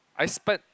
I spend